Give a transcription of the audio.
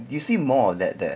do you see more that there